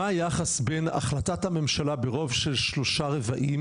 מה היחס בין החלטת הממשלה ברוב של שלושה רבעים